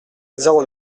zéro